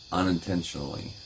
unintentionally